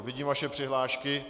Vidím vaše přihlášky.